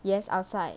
yes outside